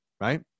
right